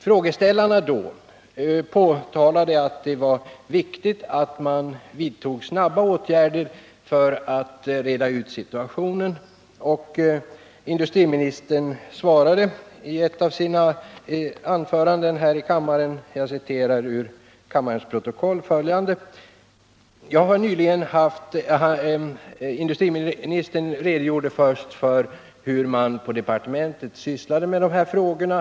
Frågeställarna framhöll att det är viktigt att vidta snara åtgärder för att man skall kunna klara situationen. Industriministern redogjorde först för hur man på departementet sysslar med de här frågorna.